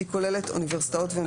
היא כוללת אוניברסיטאות ומכללות,